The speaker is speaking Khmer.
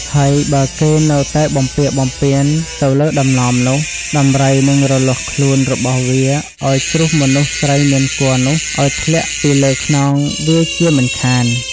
ហើយបើគេនៅតែបំពារបំពានទៅលើតំណមនោះ ដំរីនិងរលាស់ខ្លួនរបស់វាឱ្យជ្រុះមនុស្សស្រីមានគភ៌នោះឱ្យធ្លាក់ពីលើខ្នងវាជាមិនខាន។